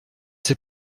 ces